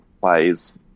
plays